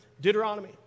Deuteronomy